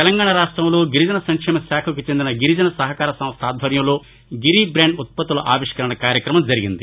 తెలంగాణ రాష్టంలో గిరిజన సంక్షేమ శాఖకు చెందిన గిరిజన సహకార సంస్ట ఆధ్వర్యంలో నిన్న గిరి బాండ్ ఉత్పత్తుల ఆవిష్కరణ కార్యక్రమం జరిగింది